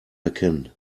erkennen